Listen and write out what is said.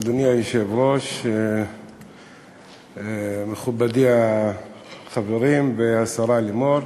אדוני היושב-ראש, מכובדי, החברים והשרה לימור,